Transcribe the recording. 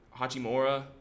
Hachimura